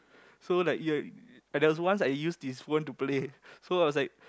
so like you're there was once I use his phone to play so I was like